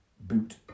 boot